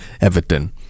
Everton